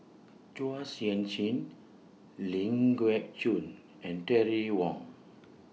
Chua Sian Chin Ling Geok Choon and Terry Wong